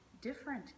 different